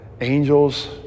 angels